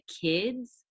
kids